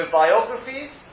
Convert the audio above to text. biographies